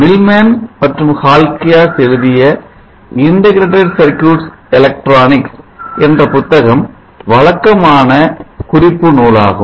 Millman மற்றும் Halkias எழுதிய integrated circuits electronics என்ற புத்தகம் வழக்கமான குறிப்பு நூலாகும்